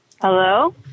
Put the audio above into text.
hello